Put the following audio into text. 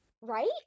Right